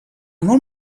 molt